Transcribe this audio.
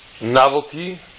novelty